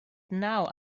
now